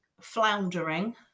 floundering